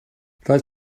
roedd